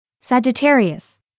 Sagittarius